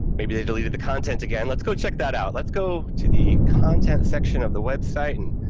maybe, they deleted the content again. let's go check that out. let's go to the content section of the website, and,